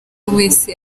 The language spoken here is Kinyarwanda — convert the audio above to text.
wese